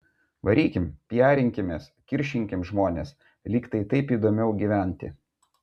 varykim piarinkimės kiršinkim žmones lyg tai taip įdomiau gyventi